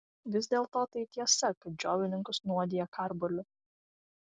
vis dėlto tai tiesa kad džiovininkus nuodija karboliu